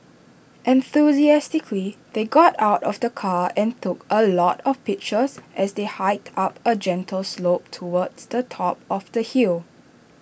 enthusiastically they got out of the car and took A lot of pictures as they hiked up A gentle slope towards the top of the hill